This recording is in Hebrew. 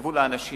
שיכתבו לאנשים